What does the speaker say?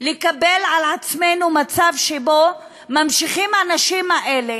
לקבל על עצמנו מצב שבו ממשיכות הנשים האלה,